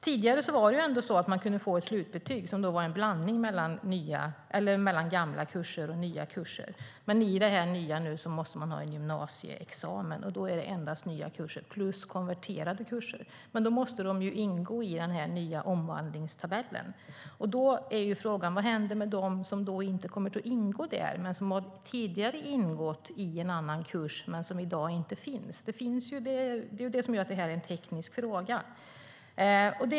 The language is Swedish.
Tidigare kunde man få ett slutbetyg som var en blandning av gamla och nya kurser. Men i det nya systemet måste man ha en gymnasieexamen, och då räknas endast nya kurser plus konverterade kurser. Men de måste ingå i den nya omvandlingstabellen, och då är frågan: Vad händer med dem som inte kommer att ingå där men som tidigare har ingått i en annan kurs som i dag inte finns? Det är det som gör att det här är en teknisk fråga.